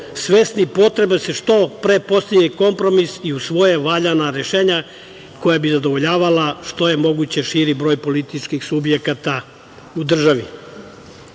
svesni potrebe da se što pre postigne kompromis i usvoje valjana rešenja koja bi zadovoljavala što je moguće širi broj političkih subjekata u